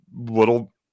little